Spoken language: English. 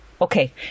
Okay